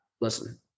Listen